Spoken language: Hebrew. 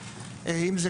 כמו,